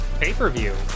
pay-per-view